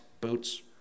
Boots